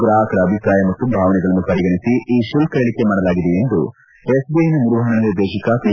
ಗ್ರಾಹಕರ ಅಭಿಪ್ರಾಯ ಮತ್ತು ಭಾವನೆಗಳನ್ನು ಪರಿಗಣಿಸಿ ಈ ಶುಲ್ಕ ಇಳಿಕೆ ಮಾಡಲಾಗಿದೆ ಎಂದು ಎಸ್ಬಿಐನ ನಿರ್ವಹಣಾ ನಿರ್ದೇಶಕ ಪಿ